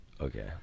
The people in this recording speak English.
okay